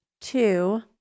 Two